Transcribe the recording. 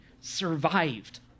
survived